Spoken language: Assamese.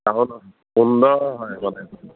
সুন্দৰ হয় মানে